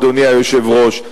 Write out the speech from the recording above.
אדוני היושב-ראש.